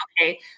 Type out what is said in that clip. okay